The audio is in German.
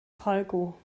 falco